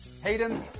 Hayden